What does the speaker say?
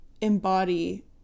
embody